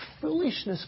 foolishness